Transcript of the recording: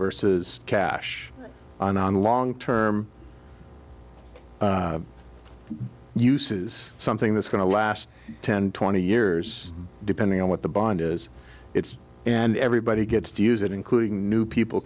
versus cash in on long term use is something that's going to last ten twenty years depending on what the bond is it's and everybody gets to use it including new people